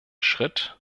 schritt